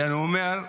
ואני אומר,